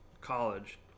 college